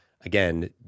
again